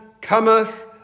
cometh